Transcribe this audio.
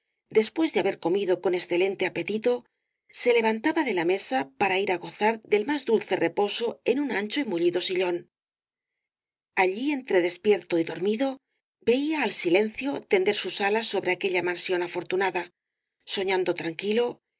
después de haber comido con excelente apetito se levantaba de la mesa para ir á gozar del más dulce reposo en un ancho y mullido sillón allí entre despierto y dormido veía al silencio tender sus alas sobre aquella mansión afortunada soñando tranquilo